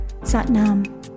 Satnam